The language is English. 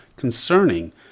concerning